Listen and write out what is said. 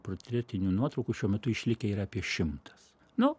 portretinių nuotraukų šiuo metu išlikę yra apie šimtas nu